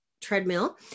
treadmill